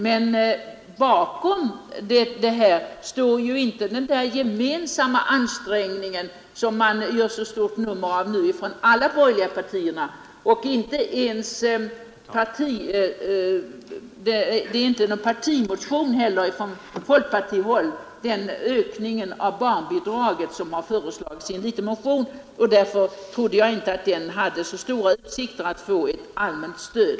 Men bakom det står ju inte den där gemensamma deklarationen, som man nu gör så stort nummer av från alla de borgerliga partiernas sida. Inte heller är motionen från folkpartihåll om en ökning av barnbidraget ens någon partimotion. Därför trodde jag inte, att den kan ha så stora utsikter att få ett allmänt stöd.